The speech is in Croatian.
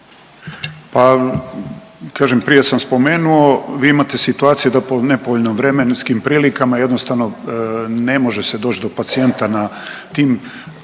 Pa kažem prije sam spomenuo, vi imate situacije da po nepovoljno vremenskim prilikama jednostavno ne može se doć do pacijenta na tim